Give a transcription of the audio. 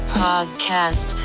podcast